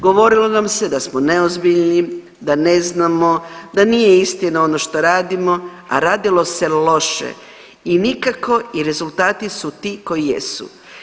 Govorilo nam se da smo neozbiljni, da ne znamo, da nije istina ono što radimo, a radilo se loše i nikako i rezultati su ti koji jesu.